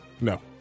No